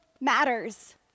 matters